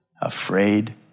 afraid